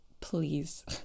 please